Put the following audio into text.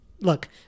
look